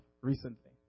recently